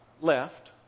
left